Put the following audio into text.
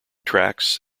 tracks